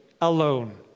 alone